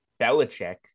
belichick